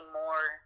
more